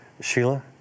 Sheila